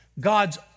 God's